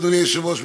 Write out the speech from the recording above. אדוני היושב-ראש,